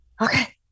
okay